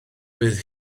fydd